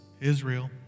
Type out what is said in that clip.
Israel